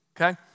okay